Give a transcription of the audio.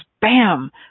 bam